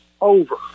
over